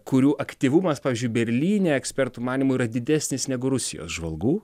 kurių aktyvumas pavyzdžiui berlyne ekspertų manymu yra didesnis negu rusijos žvalgų